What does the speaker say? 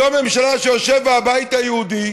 זו ממשלה שיושב בה הבית היהודי,